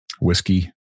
whiskey